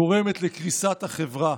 גורמת לקריסת החברה.